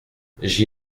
j’y